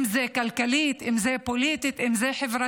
אם זה כלכלית, אם זה פוליטית, אם זה חברתית.